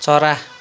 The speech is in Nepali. चरा